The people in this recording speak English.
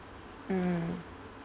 mm